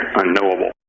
unknowable